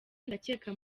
ndakeka